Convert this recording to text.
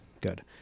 good